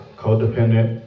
codependent